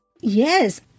Yes